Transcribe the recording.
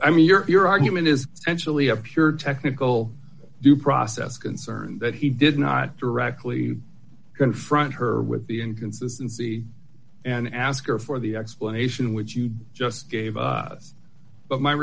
i mean you're argument is essentially a pure technical due process concern that he did not directly confront her with the inconsistency and ask her for the explanation which you just gave us but my